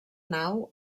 nau